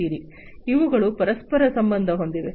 ಇವುಗಳು ಪರಸ್ಪರ ಸಂಬಂಧ ಹೊಂದಿವೆ